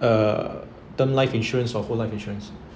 uh term life insurance or full life insurance